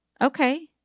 Okay